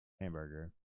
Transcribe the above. hamburger